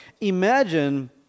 imagine